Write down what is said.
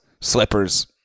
slippers